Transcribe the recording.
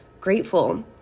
grateful